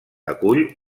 acull